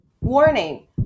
Warning